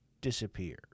disappear